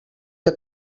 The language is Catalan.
que